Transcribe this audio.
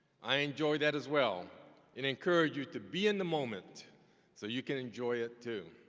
i enjoy that as well and encourage you to be in the moment so you can enjoy it too.